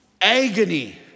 Agony